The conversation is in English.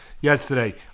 yesterday